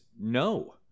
no